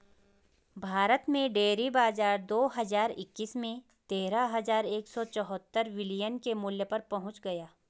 भारत में डेयरी बाजार दो हज़ार इक्कीस में तेरह हज़ार एक सौ चौहत्तर बिलियन के मूल्य पर पहुंच गया